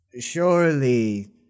surely